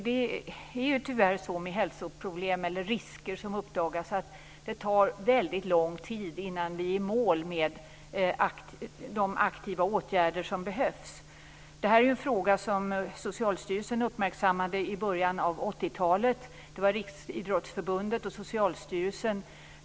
När risker för hälsoproblem uppdagas tar det tyvärr väldigt lång tid innan vi är i mål med de aktiva åtgärder som behövs. Detta är en fråga som Socialstyrelsen uppmärksammade i början av 80-talet. Det var Riksidrottsförbundet och Socialstyrelsen.